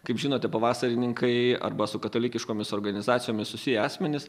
kaip žinote pavasarininkai arba su katalikiškomis organizacijomis susiję asmenys